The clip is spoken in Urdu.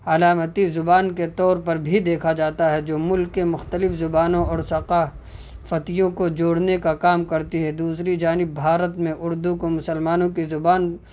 علامتی زبان کے طور پر بھی دیکھا جاتا ہے جو ملک کے مختلف زبانوں اور ثقا فتیوں کو جوڑنے کا کام کرتی ہے دوسری جانب بھارت میں اردو کو مسلمانوں کی زبان